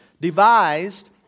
devised